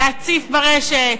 להציף ברשת,